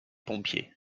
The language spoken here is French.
pompier